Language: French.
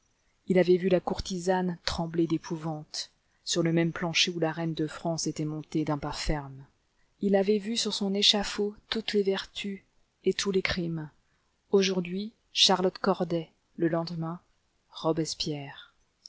il avait vu la courtisane trembler d'épouvante sur le même plancher où la reine de france était montée d'un pas ferme il avait vu sur son échafaud toutes les vertus et tous les crimes aujourd'hui charlotte corday le lendemain robespierre